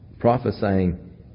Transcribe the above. Prophesying